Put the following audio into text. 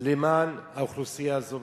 למען האוכלוסייה הזאת.